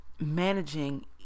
managing